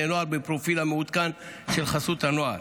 נוער בפרופיל המעודכן של חסות הנוער,